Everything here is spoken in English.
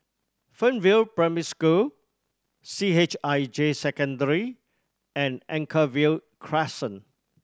Fernvale Primary School C H I J Secondary and Anchorvale Crescent